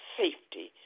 safety